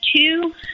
two